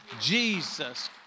Jesus